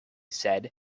said